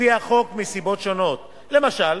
לפי החוק מסיבות שונות, למשל